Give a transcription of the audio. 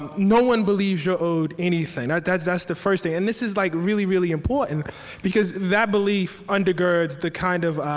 um no one believes you're owed anything. that's that's the first thing. and this is like really, really important because that belief under-girds the kind of